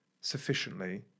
sufficiently